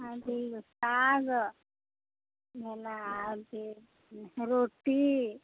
साग भेला फेर रोटी